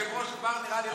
היושב-ראש כבר נראה לי רוצה,